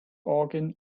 orgien